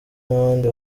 n’abandi